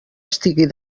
estigui